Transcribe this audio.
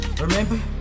Remember